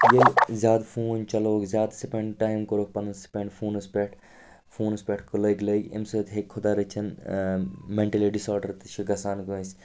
ییٚلہِ زیادٕ فون چلووُکھ زیادٕ سُپٮ۪نٛڈ ٹایم کوٚرُکھ پَنُن سُپٮ۪نٛڈ فونَس پٮ۪ٹھ فونَس پٮ۪ٹھ لٔگۍ لٔگۍ اَمہِ سۭتۍ ہیٚکہِ خۄدا رٔچھِن میٚنٹٔلی ڈِس آرڈَر تہِ چھِ گژھان کٲنٛسہِ